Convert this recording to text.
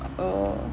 oh